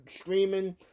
streaming